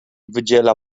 wydziela